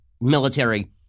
military